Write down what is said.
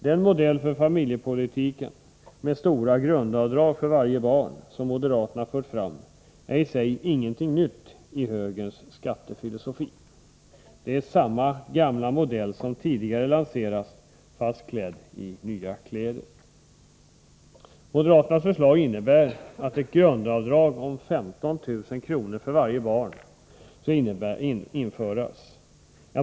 Den modell för familjepolitiken, med stora grundavdrag för varje barn, som moderaterna fört fram, är i sig ingenting nytt i högerns skattefilosofi. Det är samma gamla modell som tidigare lanserats, fast i nya kläder. barn skall införas.